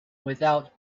without